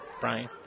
Brian